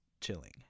chilling